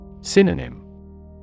Synonym